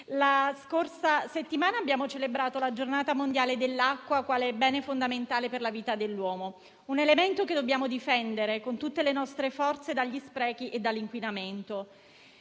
la scorsa settimana abbiamo celebrato la Giornata mondiale dell'acqua quale bene fondamentale per la vita dell'uomo, in quanto elemento che dobbiamo difendere con tutte le nostre forze dagli sprechi e dall'inquinamento.